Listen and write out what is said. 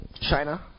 China